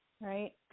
right